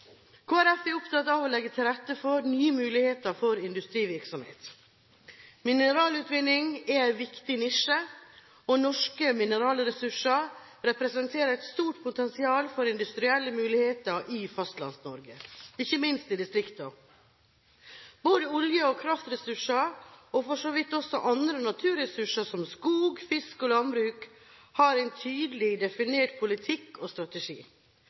Folkeparti er opptatt av å legge til rette for nye muligheter for industrivirksomhet. Mineralutvinning er en viktig nisje, og norske mineralressurser representerer et stort potensial for industrielle muligheter i Fastlands-Norge, ikke minst i distriktene. Både olje- og kraftressurser og for så vidt også andre naturressurser, som skog, fisk og landbruk, har en tydelig definert politikk og strategi.